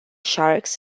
sharks